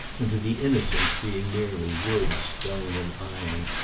and to the innocent being merely wood, stone, and iron,